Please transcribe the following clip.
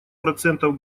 процентов